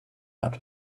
out